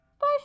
Bye